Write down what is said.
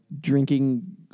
drinking